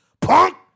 Punk